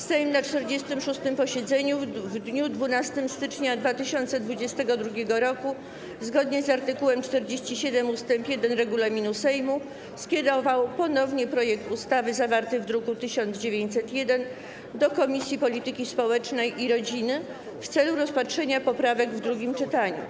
Sejm na 46. posiedzeniu w dniu 12 stycznia 2022 r., zgodnie z art. 47 ust. 1 regulaminu Sejmu, skierował ponownie projekt ustawy zawarty w druku nr 1901 do Komisji Polityki Społecznej i Rodziny w celu rozpatrzenia poprawek w drugim czytaniu.